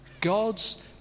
God's